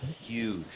huge